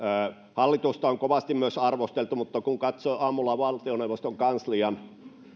hallitusta on kovasti myös arvosteltu mutta kun katsoin aamulla valtioneuvoston kanslian